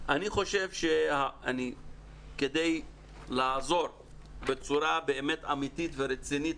כדי לעזור בצורה באמת אמיתית ורצינית,